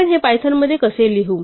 आपण हे पायथनमध्ये कसे लिहू